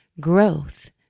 growth